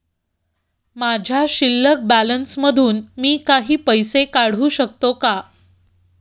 माझ्या शिल्लक बॅलन्स मधून मी काही पैसे काढू शकतो का?